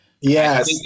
Yes